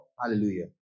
Hallelujah